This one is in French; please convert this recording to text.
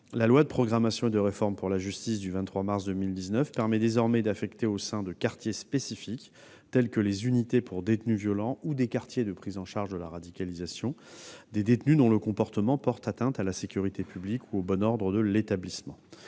2019 de programmation 2018-2022 et de réforme pour la justice permet désormais d'affecter, au sein de quartiers spécifiques, comme des unités pour détenus violents ou des quartiers de prise en charge de la radicalisation, des détenus dont le comportement porte atteinte à la sécurité publique ou au bon ordre de l'établissement.